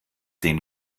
den